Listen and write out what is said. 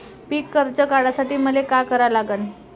पिक कर्ज काढासाठी मले का करा लागन?